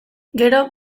gero